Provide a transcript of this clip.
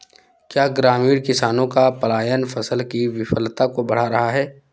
क्या ग्रामीण किसानों का पलायन फसल की विफलता को बढ़ा रहा है?